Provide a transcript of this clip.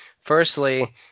Firstly